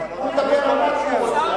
הוא ידבר על מה שהוא רוצה.